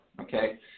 okay